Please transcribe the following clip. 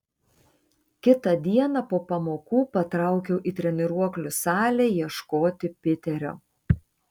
kitą dieną po pamokų patraukiau į treniruoklių salę ieškoti piterio